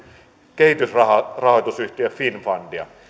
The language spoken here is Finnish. kehitysrahoitusyhtiö finn fundia